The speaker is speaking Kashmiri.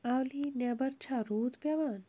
اولی نیٚبر چھا روٗد پٮ۪وان